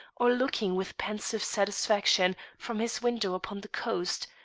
or looking with pensive satisfaction from his window upon the coast,